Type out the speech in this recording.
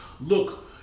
look